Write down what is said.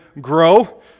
grow